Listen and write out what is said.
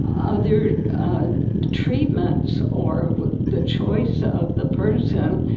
other treatments or the choice of the person,